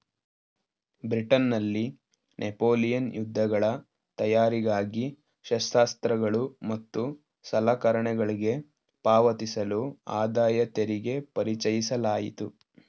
ಬ್ರಿಟನ್ನಲ್ಲಿ ನೆಪೋಲಿಯನ್ ಯುದ್ಧಗಳ ತಯಾರಿಗಾಗಿ ಶಸ್ತ್ರಾಸ್ತ್ರಗಳು ಮತ್ತು ಸಲಕರಣೆಗಳ್ಗೆ ಪಾವತಿಸಲು ಆದಾಯತೆರಿಗೆ ಪರಿಚಯಿಸಲಾಯಿತು